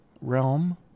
realm